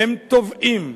הם תובעים,